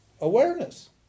Awareness